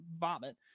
vomit